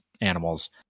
animals